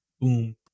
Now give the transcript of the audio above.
boom